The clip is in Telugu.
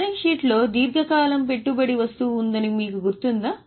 బ్యాలెన్స్ షీట్ లో దీర్ఘకాలం పెట్టుబడి వస్తువు ఉందని మీకు గుర్తుందా